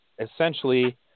essentially